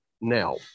Now